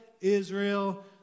Israel